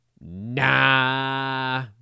nah